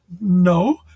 no